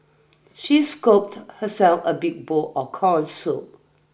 she scooped herself a big bowl of corn soup